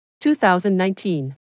2019